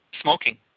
smoking